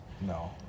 No